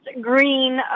green